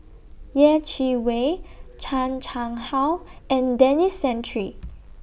Yeh Chi Wei Chan Chang How and Denis Santry